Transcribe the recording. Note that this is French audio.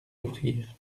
offrir